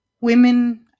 Women